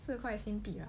四块新币了